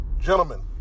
Gentlemen